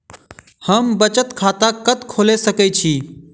हम बचत खाता कतऽ खोलि सकै छी?